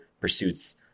pursuits